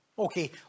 Okay